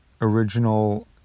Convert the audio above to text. original